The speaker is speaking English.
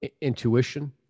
intuition